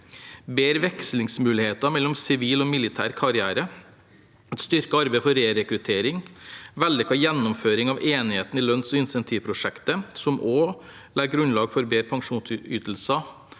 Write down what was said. bedre vekslingsmuligheter mellom sivil og militær karriere, styrking av arbeidet for rerekruttering og vellykket gjennomføring av enigheten i lønns- og insentivprosjektet, som også legger grunnlag for bedre pensjonsytelser,